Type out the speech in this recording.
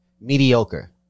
mediocre